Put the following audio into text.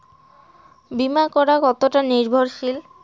বীমা করা কতোটা নির্ভরশীল?